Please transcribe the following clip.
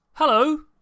Hello